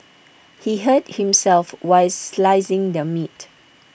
he hurt himself while slicing the meat